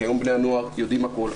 כי היום בני הנוער יודעים הכול,